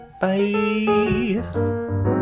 Bye